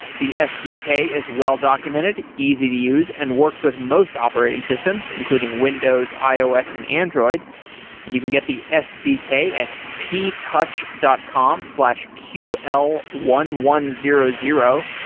the sdk is well-documented, easy to use and works with most operating systems, including windows, ios and android you can get the sdk at ptouch dot com slash q l one one zero zero.